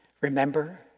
Remember